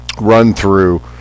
run-through